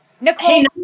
Nicole